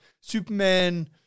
Superman